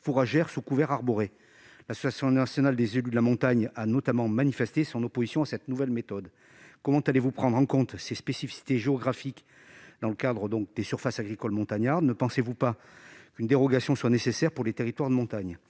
fourragère sous couvert arboré. L'Association nationale des élus de la montagne (ANEM), notamment, a manifesté son opposition à cette nouvelle méthode. Comment allez-vous prendre en compte les spécificités géographiques des surfaces agricoles montagnardes ? Ne pensez-vous pas qu'une dérogation soit nécessaire pour les territoires de montagne ?